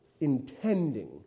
intending